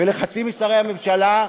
ולחצי משרי הממשלה,